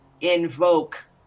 invoke